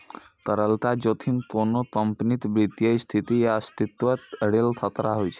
तरलता जोखिम कोनो कंपनीक वित्तीय स्थिति या अस्तित्वक लेल खतरा होइ छै